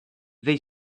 they